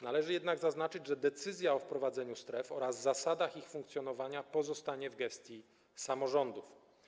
Należy jednak zaznaczyć, że decyzja o wprowadzeniu stref oraz zasadach ich funkcjonowania pozostanie w gestii samorządów.